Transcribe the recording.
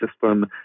system